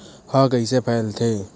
ह कइसे फैलथे?